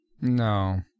No